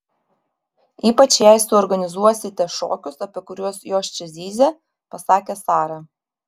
ypač jei suorganizuosite šokius apie kuriuos jos čia zyzė pasakė sara